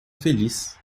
feliz